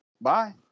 bye